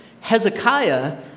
Hezekiah